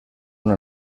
una